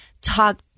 talk